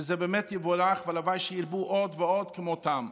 וזה באמת יבורך, והלוואי שירבו עוד ועוד כמוהם.